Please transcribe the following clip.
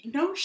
no